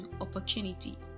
opportunity